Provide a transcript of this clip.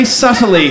subtly